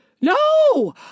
no